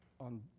on